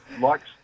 Likes